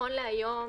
נכון להיום,